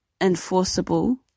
enforceable